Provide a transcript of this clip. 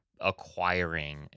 acquiring